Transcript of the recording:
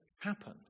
happen